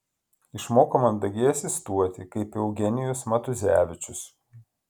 išmoko mandagiai asistuoti kaip eugenijus matuzevičius